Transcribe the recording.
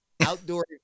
outdoor